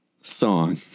song